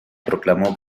proclamó